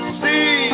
see